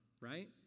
right